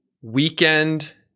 weekend